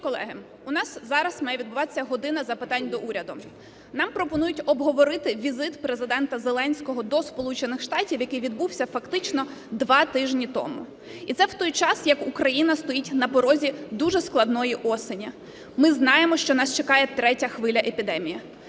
Шановні колеги! У нас зараз має відбуватися "година запитань до Уряду". Нам пропонують обговорити візит Президента Зеленського до Сполучених Штатів, який відбувся фактично два тижні тому. І це в той час, як Україна стоїть на порозі дуже складної осені. Ми знаємо, що нас чекає третя хвиля епідемії.